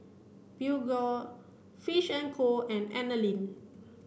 Peugeot Fish and Co and Anlene